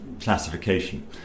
classification